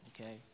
okay